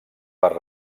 per